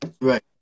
Right